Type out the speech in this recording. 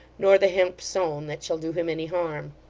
nor the hemp sown, that shall do him any harm.